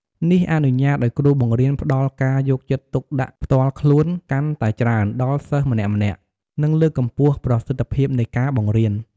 នេះអនុញ្ញាតឱ្យគ្រូបង្រៀនផ្តល់ការយកចិត្តទុកដាក់ផ្ទាល់ខ្លួនកាន់តែច្រើនដល់សិស្សម្នាក់ៗ និងលើកកម្ពស់ប្រសិទ្ធភាពនៃការបង្រៀន។